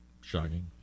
Shocking